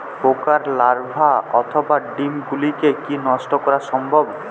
পোকার লার্ভা অথবা ডিম গুলিকে কী নষ্ট করা সম্ভব?